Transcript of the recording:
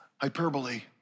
hyperbole